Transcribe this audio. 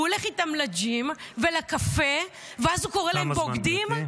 הוא הולך איתם לgym- ולקפה ואז הוא קורא להם "בוגדים",